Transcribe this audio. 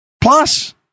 Plus